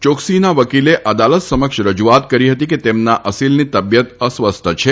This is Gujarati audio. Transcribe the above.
યોક્સીના વકીલે અદાલત સમક્ષ રજુઆત કરી હતી કે તેમના અસીલની તબીયત અસ્વસ્થ છે